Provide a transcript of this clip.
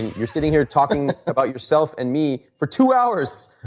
you are sitting here talking about yourself and me for two hours.